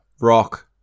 rock